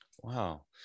Wow